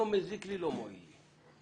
לא מזיק לי, לא מועיל לי.